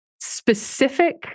specific